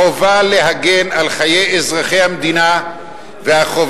החובה להגן על חיי אזרחי המדינה והחובה